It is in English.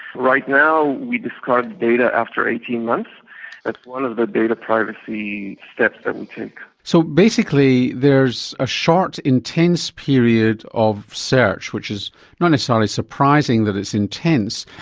right now we discard data after eighteen months, that's one of the data privacy steps that we take so basically there's a short intense period of search which is not necessarily surprising that it's intense,